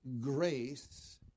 grace